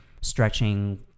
stretching